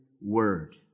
word